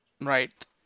right